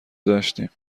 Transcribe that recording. داشتیم